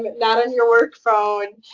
but not on your work phone,